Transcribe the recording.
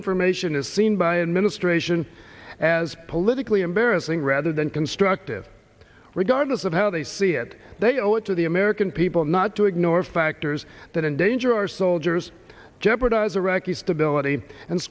information is seen by administration as politically embarrassing rather than constructive regardless of how they see it they owe it to the american people not to ignore factors that endanger our soldiers jeopardize iraqi stability and